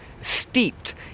steeped